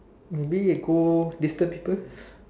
maybe we go disturb people